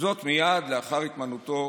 מייד לאחר התמנותו